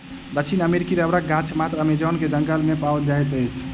दक्षिण अमेरिकी रबड़क गाछ मात्र अमेज़न के जंगल में पाओल जाइत अछि